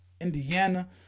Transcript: Indiana